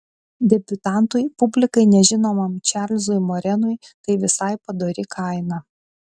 debiutantui publikai nežinomam čarlzui morenui tai visai padori kaina